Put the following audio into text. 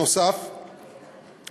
נוסף על זה,